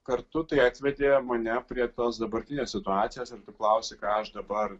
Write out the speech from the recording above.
kartu tai atvedė mane prie tos dabartinės situacijos ir klausi ką aš dabar